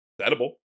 edible